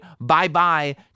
bye-bye